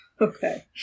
Okay